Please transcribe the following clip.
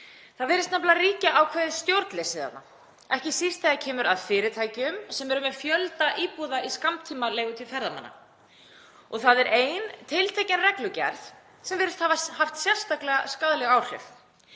Það virðist nefnilega ríkja ákveðið stjórnleysi þarna, ekki síst þegar kemur að fyrirtækjum sem eru með fjölda íbúða í skammtímaleigu til ferðamanna. Það er ein tiltekin reglugerð sem virðist hafa haft sérstaklega skaðleg áhrif.